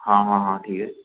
हाँ हाँ हाँ ठीक है